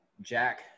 Jack